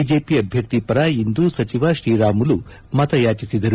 BJP ಅಭ್ಯರ್ಥಿ ಪರ ಇಂದು ಸಚಿವ ತ್ರೀರಾಮುಲು ಮತಯಾಚಿಸಿದರು